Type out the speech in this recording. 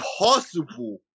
impossible